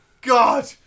God